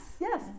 yes